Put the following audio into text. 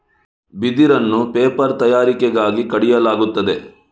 ಬಿದಿರನ್ನು ಪೇಪರ್ ತಯಾರಿಕೆಗಾಗಿ ಕಡಿಯಲಾಗುತ್ತದೆ